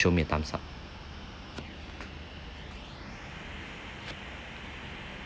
show me a thumbs up